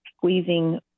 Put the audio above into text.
squeezing